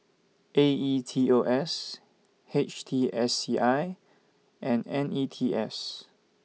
A E T O S H T S C I and N E T S